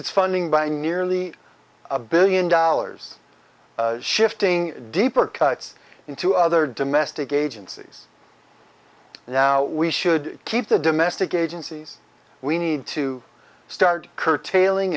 its funding by newly a billion dollars shifting deeper cuts into other domestic agencies now we should keep the domestic agencies we need to start curtailing